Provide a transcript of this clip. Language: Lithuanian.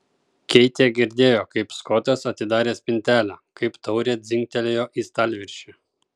keitė girdėjo kaip skotas atidarė spintelę kaip taurė dzingtelėjo į stalviršį